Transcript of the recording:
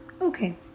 okay